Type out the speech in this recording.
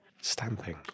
Stamping